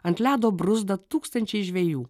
ant ledo bruzda tūkstančiai žvejų